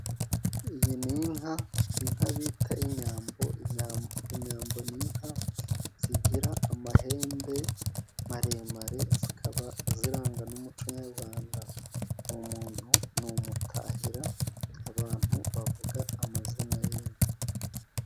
Iyi ni inka, inka bita inyambo . Inyambo ni inka zigira amahembe maremare, zikaba ziranga n'umuco nyarwanda, uwo muntu ni umutahira abantu bavuga amazina y'inka.